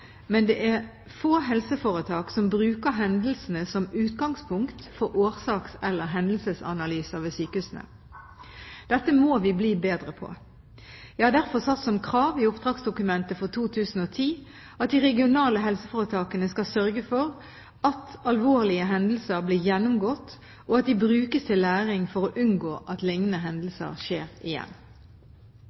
men det er få helseforetak som bruker hendelsene som utgangspunkt for årsaks- eller hendelsesanalyser ved sykehusene. Dette må vi bli bedre på. Jeg har derfor satt som krav i oppdragsdokumentet for 2010 at de regionale helseforetakene skal sørge for at alvorlige hendelser blir gjennomgått, og at de brukes til læring for å unngå at liknende hendelser skjer igjen.